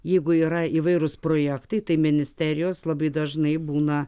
jeigu yra įvairūs projektai tai ministerijos labai dažnai būna